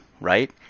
right